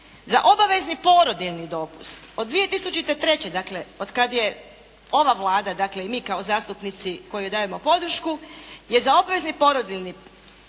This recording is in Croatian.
Za obavezni porodiljni dopust. Od 2003. dakle od kad je ova Vlada dakle i mi kao zastupnici koji joj dajemo podršku, je za obavezni porodiljni isto